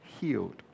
healed